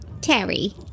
Terry